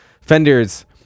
Fender's